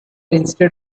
instead